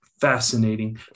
fascinating